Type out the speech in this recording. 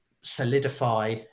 solidify